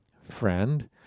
Friend